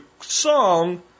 song